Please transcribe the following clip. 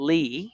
Lee